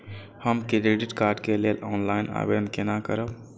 हम credit card के लेल ऑनलाइन आवेदन केना करब?